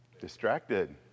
Distracted